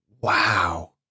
Wow